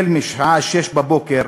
משעה 06:00